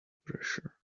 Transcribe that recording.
pressure